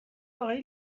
آقای